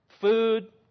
food